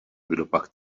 kdopak